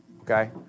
Okay